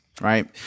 right